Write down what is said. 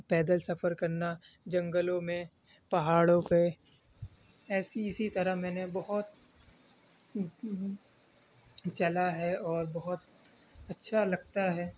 پیدل سفر کرنا جنگلوں میں پہاڑوں پہ ایسی اسی طرح میں نے بہت چلا ہے اور بہت اچھا لگتا ہے